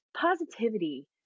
positivity